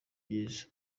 byiza